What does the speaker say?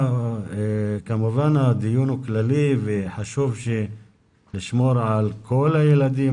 כמובן שהדיון הוא כללי וחשוב לשמור על כל הילדים,